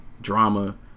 drama